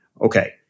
Okay